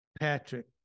Patrick